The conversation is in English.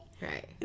Right